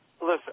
Listen